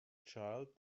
child